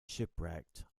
shipwrecked